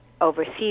overseas